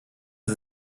sie